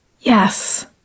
Yes